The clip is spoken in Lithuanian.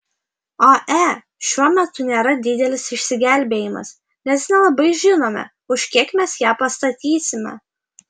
ae šiuo metu nėra didelis išsigelbėjimas nes nelabai žinome už kiek mes ją pastatysime